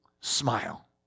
Smile